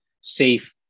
safe